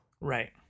Right